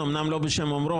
אומנם לא בשם אומרו,